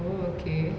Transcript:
oh okay